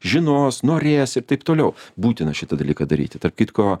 žinos norės ir taip toliau būtina šitą dalyką daryti tarp kitko